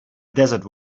desert